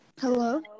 Hello